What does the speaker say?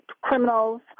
criminals